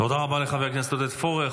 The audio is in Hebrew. תודה רבה לחבר הכנסת עודד פורר.